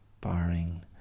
barring